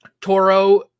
Toro